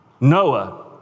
Noah